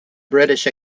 british